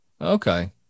Okay